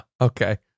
okay